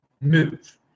move